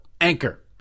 anchor